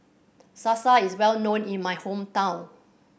salsa is well known in my hometown